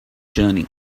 journey